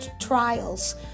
trials